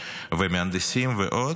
ומהנדסים ועוד,